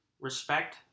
respect